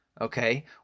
Okay